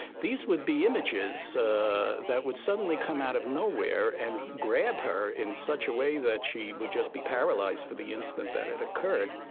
these would be images that would suddenly come out of nowhere, and grab her in such a way that she would just be paralyzed for the instant that it occurred.